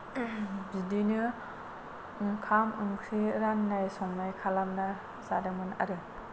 बिदिनो ओंखाम ओंख्रि राननाय संनाय खालामना जादोंमोन आरो